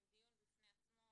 הם דיון בפני עצמו.